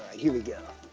here we go.